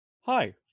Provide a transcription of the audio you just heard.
Hi